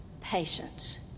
patience